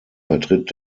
vertritt